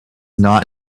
not